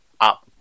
up